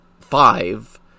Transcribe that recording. five